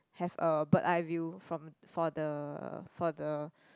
have a bird eye view from for the for the